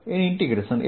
dl